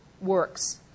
works